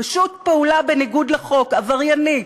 פשוט פעולה בניגוד לחוק, עבריינית,